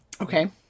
Okay